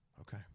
okay